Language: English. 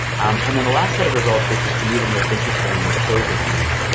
and then the last set of results, which is to me, the most interesting, and i'll close with these,